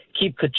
keep